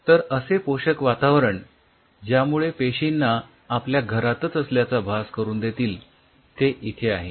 तर असे पोषक वातावरण ज्यामुळे पेशींना आपल्या घरातच असल्याचा भास करून देतील ते इथे आहे